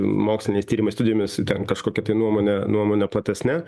moksliniais tyrimais studijomis ten kažkokia tai nuomone nuomone platesne